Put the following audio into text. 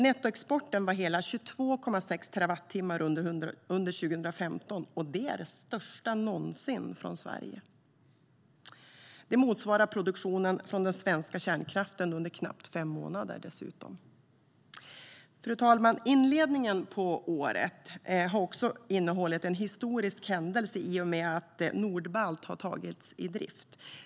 Nettoexporten var hela 22,6 terawattimmar under 2015. Det är den största någonsin från Sverige. Det motsvarar dessutom produktionen från den svenska kärnkraften under knappt fem månader. Fru talman! Inledningen på året har också innehållit en historisk händelse i och med att Nordbalt har tagits i drift.